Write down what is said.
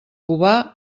cubà